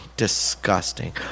disgusting